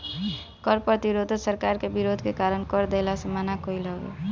कर प्रतिरोध सरकार के विरोध के कारण कर देहला से मना कईल हवे